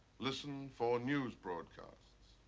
listen for news broadcasts.